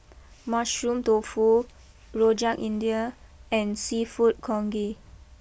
Mushroom Tofu Rojak India and Seafood Congee